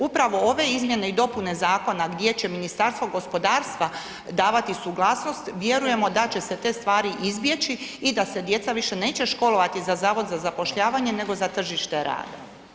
Upravo ove izmjene i dopune zakona gdje će Ministarstvo gospodarstva davati suglasnost vjerujemo da će se te stvari izbjeći i da se djeca više neće školovati za Zavod za zapošljavanje nego za tržište rada.